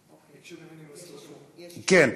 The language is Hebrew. כן,